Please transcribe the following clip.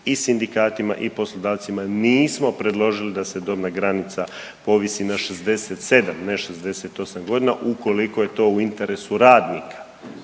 i sindikatima i poslodavcima nismo predložili da se dobna granica povisi na 67, ne 68 godina ukoliko je to u interesu radnika.